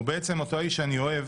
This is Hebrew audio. הוא בעצם אותו האיש שאני אוהב